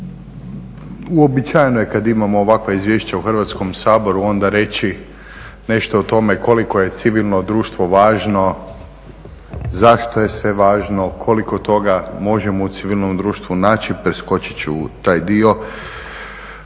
Uobičajeno je kad imamo ovakva izvješća u Hrvatskom saboru onda reći nešto o tome koliko je civilno društvo važno, zašto je sve važno, koliko toga možemo u civilnom društvu naći preskočit ću taj dio,